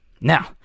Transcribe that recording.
Now